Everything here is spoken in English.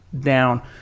down